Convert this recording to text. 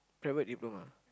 private diploma